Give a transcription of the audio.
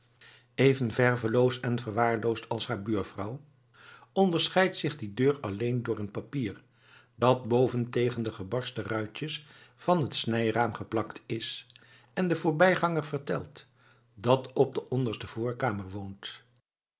even verveloos en verwaarloosd als haar buurvrouw onderscheidt zich die deur alleen door een papier dat boven tegen de gebarsten ruitjes van het snijraam geplakt is en den voorbijganger vertelt dat op de onderste voorkamer woont